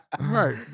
right